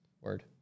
Word